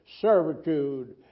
servitude